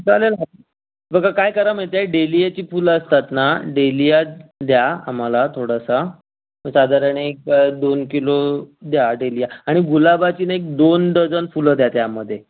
चालेल ना बघा काय करा माहीत आहे डेलियाची फुलं असतात ना डेलिया द्या आम्हाला थोडासा साधारण एक दोन किलो द्या डेलिया आणि गुलाबाची ना एक दोन डजन फुलं द्या त्यामध्ये